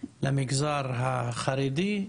למגזר החרדי,